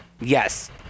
Yes